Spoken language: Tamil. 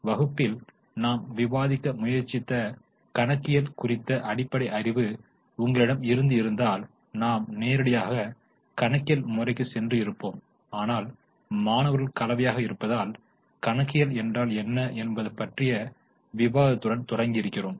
வகுப்பில் நாம் விவாதிக்க முயற்சித்த கணக்கியல் குறித்த அடிப்படை அறிவு உங்களிடம் இருந்து இருந்தால் நாம் நேரடியாக கணக்கியல் முறைக்கு சென்று இருப்போம் ஆனால் மாணவர்கள் கலவையாக இருப்பதால் கணக்கியல் என்றால் என்ன என்பது பற்றிய விவாதத்துடன் தொடங்கி இருக்கிறோம்